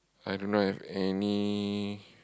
I don't know have any